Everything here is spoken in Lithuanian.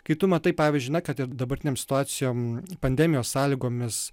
kai tu matai pavyzdžiui na kad ir dabartinėm situacijom pandemijos sąlygomis